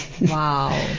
Wow